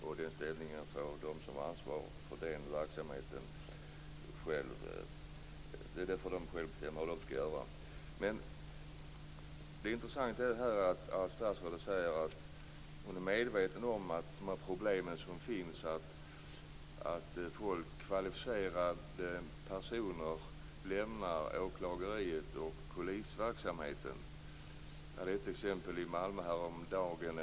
Vilket ställningstagande som de som är ansvariga för denna verksamhet skall göra får de själva bestämma. Det intressanta här är att statsrådet säger att hon är medveten om de problem som finns, att kvalificerade personer lämnar sina arbeten inom åklagarmyndigheterna och polisen. Jag hörde talas om ett exempel i Malmö häromdagen.